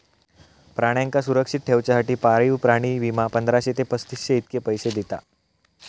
प्राण्यांका सुरक्षित ठेवच्यासाठी पाळीव प्राणी विमा, पंधराशे ते पस्तीसशे इतके पैशे दिता